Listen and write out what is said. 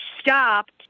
stopped